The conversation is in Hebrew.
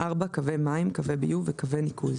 (4)קווי מים, קווי ביוב וקווי ניקוז,